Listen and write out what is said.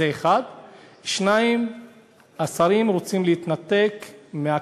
זה, 1. 2. השרים רוצים להתנתק מהכנסת,